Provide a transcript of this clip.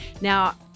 Now